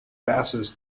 passes